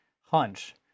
hunch